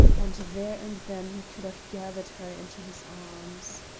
and there and then he could have gathered her into his arms.